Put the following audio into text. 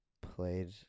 played